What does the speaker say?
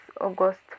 August